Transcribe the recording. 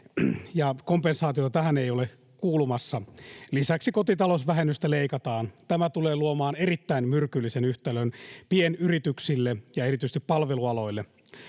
ja kompensaatiota tähän ei ole kuulumassa. Lisäksi kotitalousvähennystä leikataan. Tämä tulee luomaan erittäin myrkyllisen yhtälön pienyrityksille ja erityisesti palvelualoille.